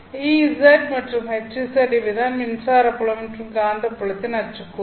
Ez மற்றும் Hz இவைதான் மின்சார புலம் மற்றும் காந்தப் புலத்தின் அச்சு கூறுகள்